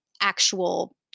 actual